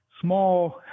small